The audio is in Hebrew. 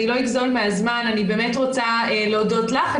אני רוצה להודות לך.